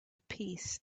peace